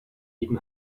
even